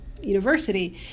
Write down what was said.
University